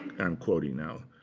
and quoting now.